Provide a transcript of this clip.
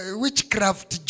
witchcraft